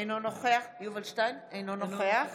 אינו נוכח